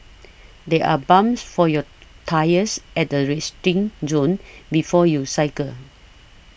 there are pumps for your tyres at the resting zone before you cycle